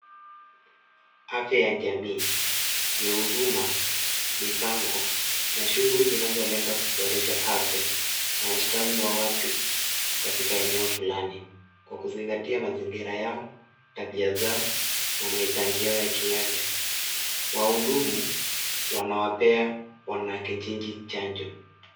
Afya ya jamii ni huduma, mipango na shughuli zilizo lenga kuboresha afya na ustawi wa watu katika eneo fulani kwa kuzingatia mazingira yao, tabia zao, na mahitaji yao yaki afya wahudumu wanawapea wana kijiji chanjo.